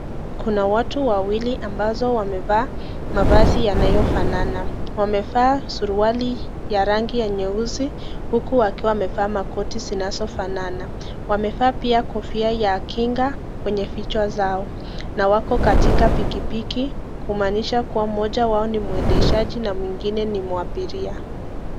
Kuna watu wawili ambao wamevaa mavazi yanayofanana, wamevaa suruali ya rangi ya nyeusi, huku wakiwa wamevaa Makoti zinazofanana, wamevaa pia kofia ya kinga kwenye vichwa zao na wako katika pikipiki kumaanisha kuwa moja wao ni mwendeshaji na mwingine ni mwahabiria.